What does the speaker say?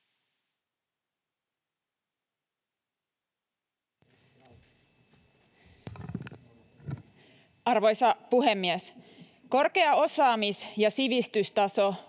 Arvoisa puhemies! Korkea osaamis- ja sivistystaso